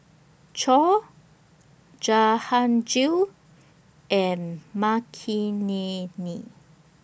Choor Jahangir and Makineni